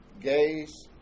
gays